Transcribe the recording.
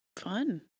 fun